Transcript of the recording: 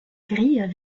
grilles